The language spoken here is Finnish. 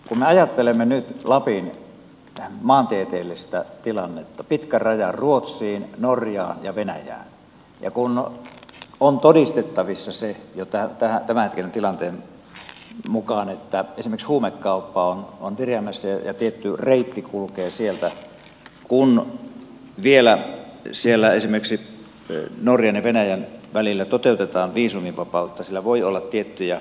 kun me ajattelemme nyt lapin maantieteellistä tilannetta pitkä raja ruotsiin norjaan ja venäjään ja kun on todistettavissa se jo tämänhetkisen tilanteen mukaan että esimerkiksi huumekauppa on viriämässä ja tietty reitti kulkee sieltä ja kun vielä siellä esimerkiksi norjan ja venäjän välillä toteutetaan viisumivapautta sillä voi olla tiettyjä seurauksia